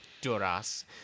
Duras